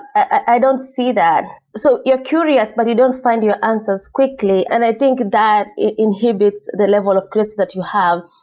ah i don't see that. so you're curious, but you don't find your answers quickly, and i think that inhibits the level of curiosity that you have.